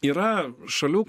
yra šalių